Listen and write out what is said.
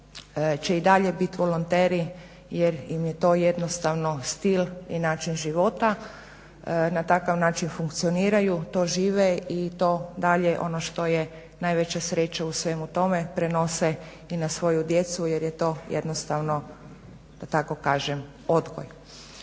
će i dalje biti volonteri jer im je to jednostavno stil i način života, na takav način funkcioniraju to žive i to dalje ono što je najveća sreća u svemu tome prenose i na svoju djecu jer je to jednostavno da tako kažem odgoj.